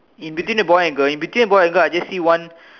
in between the boy and girl in between the boy and girl I just see one